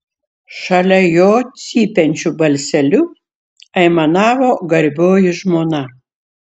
šalia jo cypiančiu balseliu aimanavo garbioji žmona